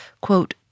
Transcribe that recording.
quote